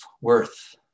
worth